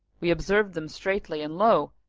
we observed them straightly and lo!